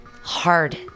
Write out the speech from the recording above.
hard